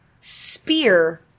spear